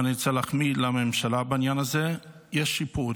ואני רוצה להחמיא לממשלה בעניין הזה, יש שיפור,